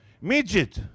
midget